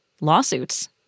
lawsuits